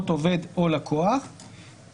אני פותח את הדיון כפי שמובא בסדר היום,